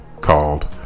called